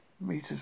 meters